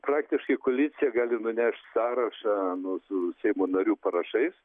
praktiškai koalicija gali nunešt sąrašą nu su seimo narių parašais